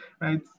right